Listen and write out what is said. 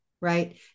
right